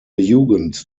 jugend